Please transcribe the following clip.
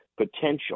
potential